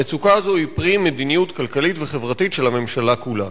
המצוקה הזאת היא פרי מדיניות כלכלית וחברתית של הממשלה כולה.